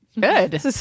Good